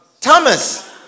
Thomas